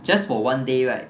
just for one day right